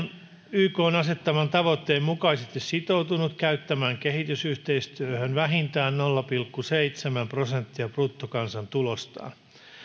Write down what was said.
ykn asettaman tavoitteen mukaisesti sitoutunut käyttämään kehitysyhteistyöhön vähintään nolla pilkku seitsemän prosenttia bruttokansantulostaan